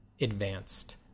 advanced